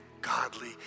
godly